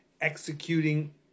executing